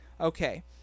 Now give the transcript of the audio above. Okay